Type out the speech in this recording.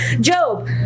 Job